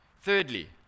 Thirdly